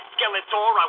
Skeletor